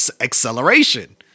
acceleration